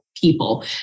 people